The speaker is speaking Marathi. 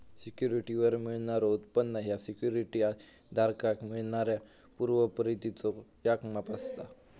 सिक्युरिटीवर मिळणारो उत्पन्न ह्या सिक्युरिटी धारकाक मिळणाऱ्यो पूर्व परतीचो याक माप असा